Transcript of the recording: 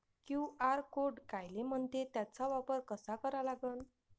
QR code कायले म्हनते, त्याचा वापर कसा करा लागन?